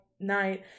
night